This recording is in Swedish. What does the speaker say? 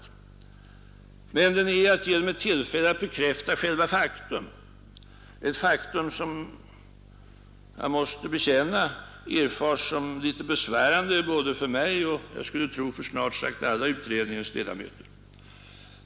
Den är endast att ge honom ett tillfälle att bekräfta själva faktum, ett faktum som jag måste bekänna erfars som något besvärande både för mig och jag tror för snart sagt alla utredningens ledamöter.